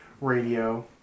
radio